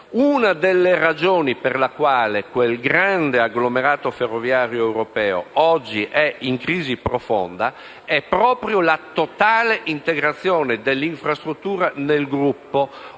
Una delle ragioni per cui quel grande agglomerato ferroviario europeo è in crisi profonda è proprio la totale integrazione dell'infrastruttura nel gruppo, ovvero